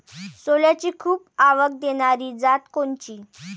सोल्याची खूप आवक देनारी जात कोनची?